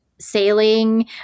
sailing